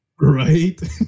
Right